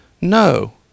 No